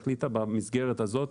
היא החליטה במסגרת הזאת